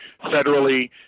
federally